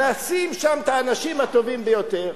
נשים שם את האנשים הטובים ביותר,